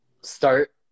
start